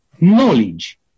Knowledge